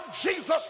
Jesus